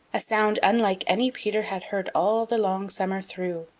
a sound unlike any peter had heard all the long summer through.